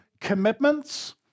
commitments